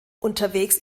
unterwegs